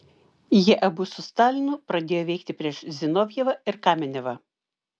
jie abu su stalinu pradėjo veikti prieš zinovjevą ir kamenevą